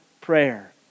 prayer